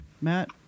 Matt